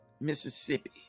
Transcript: Mississippi